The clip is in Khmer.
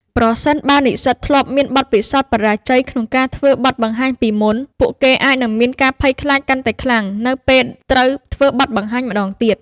ប្រសិនបើនិស្សិតធ្លាប់មានបទពិសោធន៍បរាជ័យក្នុងការធ្វើបទបង្ហាញពីមុន ពួកគេអាចនឹងមានការភ័យខ្លាចកាន់តែខ្លាំងនៅពេលត្រូវធ្វើបទបង្ហាញម្តងទៀត។